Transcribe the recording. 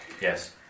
Yes